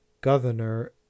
governor